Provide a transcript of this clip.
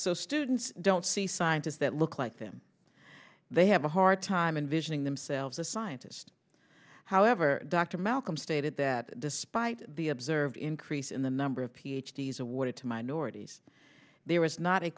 so students don't see scientists that look like them they have a hard time in visioning themselves a scientist however dr malcolm stated that despite the observed increase in the number of ph d s awarded to minorities there was not a